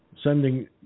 sending